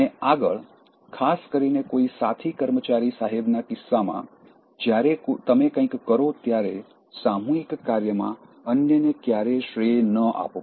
અને આગળ ખાસ કરીને કોઈ સાથી કર્મચારીના સાહેબ ના કિસ્સામાં જ્યારે તમે કંઈક કરો ત્યારે સામૂહિક કાર્યમાં અન્યને ક્યારેય શ્રેય ન આપવો